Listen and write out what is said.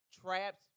trapped